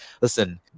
listen-